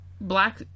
black